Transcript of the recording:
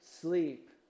sleep